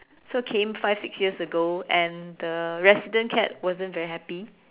so came five six years ago and the resident cat wasn't very happy